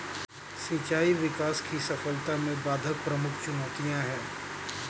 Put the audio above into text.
सिंचाई विकास की सफलता में बाधक प्रमुख चुनौतियाँ है